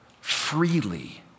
freely